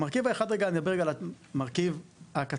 מרכיב אחד הוא מרכיב קצר-טווח,